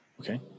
Okay